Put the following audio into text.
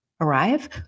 arrive